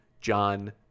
John